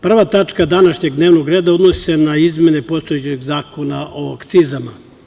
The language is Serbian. Prva tačka današnjeg dnevnog reda odnosi se na izmene postojećeg Zakona o akcizama.